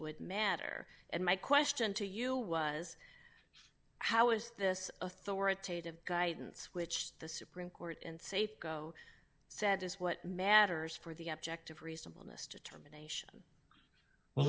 would matter and my question to you was how is this authoritative guidance which the supreme court in safeco said is what matters for the objective reasonable mr terminations well